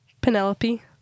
Penelope